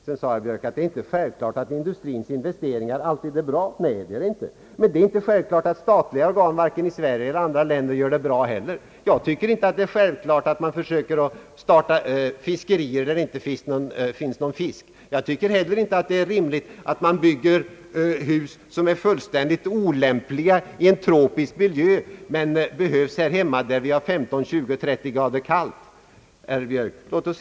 Så sade herr Björk att det inte är självklart att industrins investeringar alltid är bra. Nej, det är inte självklart, men det är inte heller givet att statliga organ vare sig i Sverige eller i andra länder gör det bra. Jag tycker inte att det är självklart att man skall försöka starta fiskerianläggningar där det inte finns någon fisk. Jag tycker inte heller att det är rimligt att man bygger hus som är olämpliga i en tropisk miljö, hus som behövs här hemma där vi har 15, 20, 30 grader kallt.